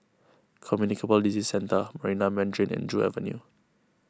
Communicable Disease Centre Marina Mandarin and Joo Avenue